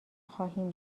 خواهیم